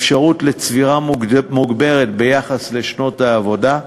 אפשרות לצבירה מוגברת ביחס לשנות העבודה,